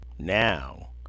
Now